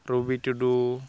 ᱨᱚᱵᱤ ᱴᱩᱰᱩ